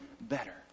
better